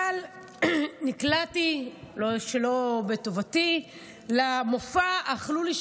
אבל נקלעתי שלא בטובתי למופע "אכלו לי,